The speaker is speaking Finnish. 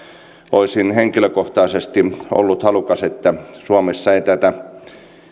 olisin henkilökohtaisesti halunnut että suomessa ei tätä